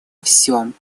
всем